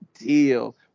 deal